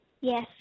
Yes